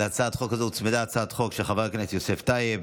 להצעת החוק הזו הוצמדה הצעת חוק של חבר הכנסת יוסף טייב,